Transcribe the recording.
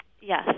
Yes